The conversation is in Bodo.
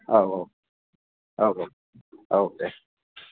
औ औ औ औ औ दे